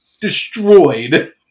destroyed